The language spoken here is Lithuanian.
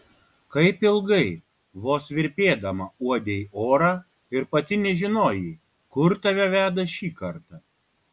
kaip ilgai vos virpėdama uodei orą ir pati nežinojai kur tave veda šį kartą